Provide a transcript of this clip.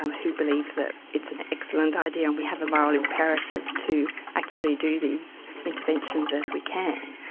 um who believe that it's an excellent idea, and we have a moral imperative to actually do these interventions as we can.